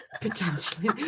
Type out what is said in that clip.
potentially